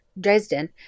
Dresden